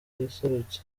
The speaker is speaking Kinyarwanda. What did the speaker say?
yaserutse